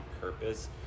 purpose